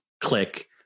click